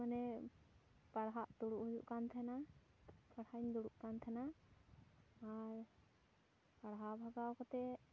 ᱢᱟᱱᱮ ᱯᱟᱲᱦᱟᱜ ᱫᱩᱲᱩᱵ ᱦᱩᱭᱩᱜ ᱠᱟᱱ ᱛᱟᱦᱮᱱᱟ ᱯᱟᱲᱦᱟᱜ ᱤᱧ ᱫᱩᱲᱩᱵ ᱠᱟᱱ ᱛᱟᱦᱮᱱᱟ ᱟᱨ ᱯᱟᱲᱦᱟᱣ ᱵᱷᱟᱜᱟᱣ ᱠᱟᱛᱮ